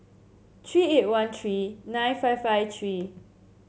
three eight one three nine five five three